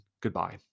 goodbye